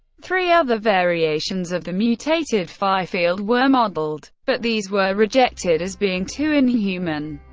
three other variations of the mutated fifield were modeled, but these were rejected as being too inhuman.